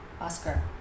Oscar